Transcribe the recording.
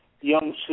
young